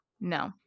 no